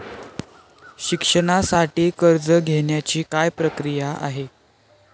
शिक्षणासाठी कर्ज घेण्याची काय प्रक्रिया आहे?